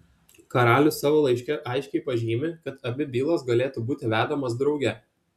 karalius savo laiške aiškiai pažymi kad abi bylos galėtų būti vedamos drauge